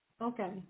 Okay